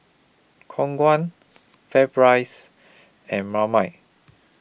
Khong Guan FairPrice and Marmite